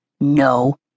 No